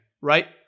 right